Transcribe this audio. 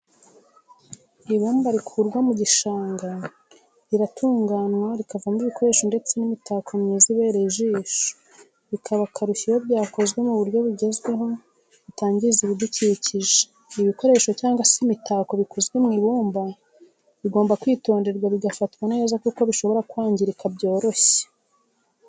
Ibumba rikurwa mu gishanga riratunganywa rikavamo ibikoresho ndetse n'imitako myiza ibereye ijisho, bikaba akarusho iyo byakozwe mu buryo bugezweho butangiza ibidukikije. Ibikoresho cyangwa se imitako bikozwe mu ibumba bigomba kwitonderwa bigafatwa neza kuko bishobora kwangirika byoroshye.